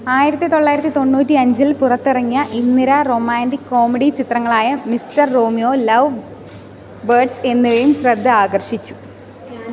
ആയിരത്തി തൊള്ളായിരത്തി തൊണൂറ്റി അഞ്ചിൽ പുറത്തിറങ്ങിയ ഇന്ദിര റൊമാന്റിക് കോമഡി ചിത്രങ്ങളായ മിസ്റ്റർ റോമിയോ ലൗ ബേർഡ്സ് എന്നിവയും ശ്രദ്ധ ആകർഷിച്ചു